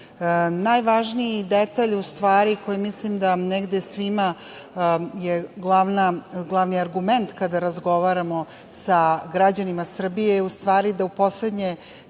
godinu. Najvažniji detalj u stvari koji mislim da negde svima glavni argument kada razgovaramo sa građanima Srbije je u stvari da kada